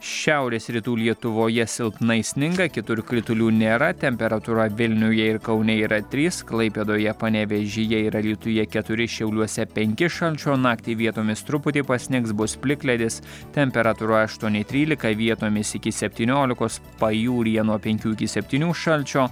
šiaurės rytų lietuvoje silpnai sninga kitur kritulių nėra temperatūra vilniuje ir kaune yra trys klaipėdoje panevėžyje ir alytuje keturi šiauliuose penki šalčio naktį vietomis truputį pasnigs bus plikledis temperatūra aštuoni trylika vietomis iki septyniolikos pajūryje nuo penkių iki septynių šalčio